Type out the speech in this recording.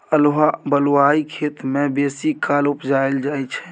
अल्हुआ बलुआही खेत मे बेसीकाल उपजाएल जाइ छै